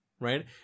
right